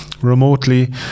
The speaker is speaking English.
remotely